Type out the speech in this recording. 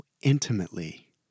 intimately